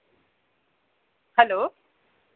hello